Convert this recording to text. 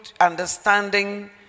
understanding